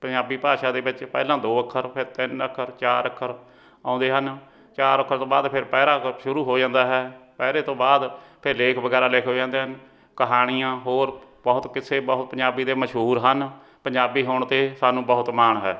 ਪੰਜਾਬੀ ਭਾਸ਼ਾ ਦੇ ਵਿੱਚ ਪਹਿਲਾਂ ਦੋ ਅੱਖਰ ਫਿਰ ਤਿੰਨ ਅੱਖਰ ਚਾਰ ਅੱਖਰ ਆਉਂਦੇ ਹਨ ਚਾਰ ਅੱਖਰ ਤੋਂ ਬਾਅਦ ਫਿਰ ਪਹਿਰਾ ਕ ਸ਼ੁਰੂ ਹੋ ਜਾਂਦਾ ਹੈ ਪਹਿਰੇ ਤੋਂ ਬਾਅਦ ਫਿਰ ਲੇਖ ਵਗੈਰਾ ਲਿਖ ਹੋ ਜਾਂਦੇ ਹਨ ਕਹਾਣੀਆਂ ਹੋਰ ਬਹੁਤ ਕਿੱਸੇ ਬਹੁਤ ਪੰਜਾਬੀ ਦੇ ਮਸ਼ਹੂਰ ਹਨ ਪੰਜਾਬੀ ਹੋਣ 'ਤੇ ਸਾਨੂੰ ਬਹੁਤ ਮਾਣ ਹੈ